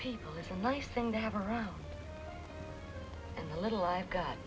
people is a nice thing to have around and the little i've got